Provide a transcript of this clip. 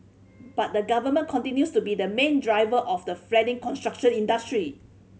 but the Government continues to be the main driver of the flagging construction industry